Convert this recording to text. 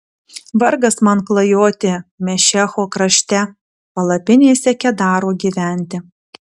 vargas man klajoti mešecho krašte palapinėse kedaro gyventi